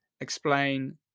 explain